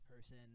person